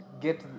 get